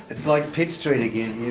it's like pitt street again here